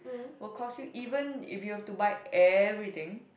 will cause you even if you have to buy everything